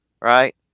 right